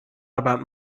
about